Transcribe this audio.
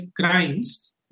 crimes